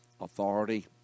authority